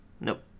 Nope